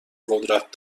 قدرت